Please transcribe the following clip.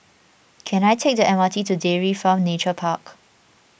can I take the M R T to Dairy Farm Nature Park